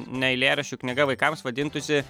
ne eilėraščių knyga vaikams vadintųsi